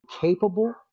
capable